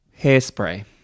Hairspray